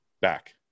back